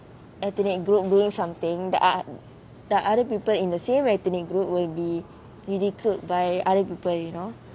ethnic group doing something the other the other people in the same ethnic group will be ridicule by other people you know